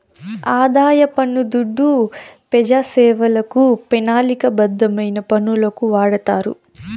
ఆదాయ పన్ను దుడ్డు పెజాసేవలకు, పెనాలిక బద్ధమైన పనులకు వాడతారు